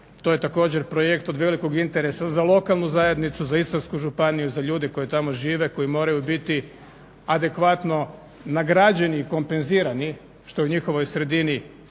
to je također projekt od velikog interesa za lokalnu zajednicu, za Istarsku županiju za ljude koji tamo žive koji moraju biti adekvatno nagrađeni i kompenzirani što je u njihovoj sredini